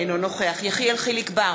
אינו נוכח יחיאל חיליק בר,